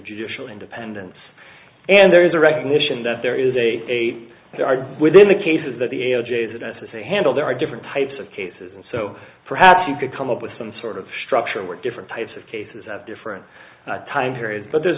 judicial independence and there is a recognition that there is a there are within the cases that the edges of s s a handle there are different types of cases and so perhaps you could come up with some sort of structure where different types of cases of different time periods but there's